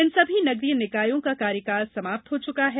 इन सभी नगरीय निकायों का कार्यकाल समाप्त हो चुका है